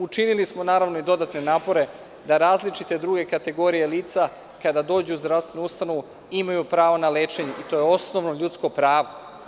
Učinili smo, naravno, i dodatne napore da različite druge kategorije lica kada dođu u zdravstvenu ustanovu imaju pravo na lečenje i to je osnovno ljudsko pravo.